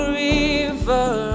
river